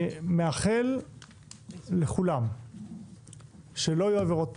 אני מאחל לכולם שלא יהיו עבירות תנועה,